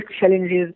challenges